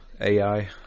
AI